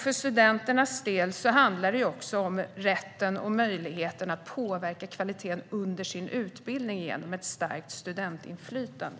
För studenternas del handlar det också om rätten och möjligheterna att påverka kvaliteten under utbildningen genom ett starkt studentinflytande.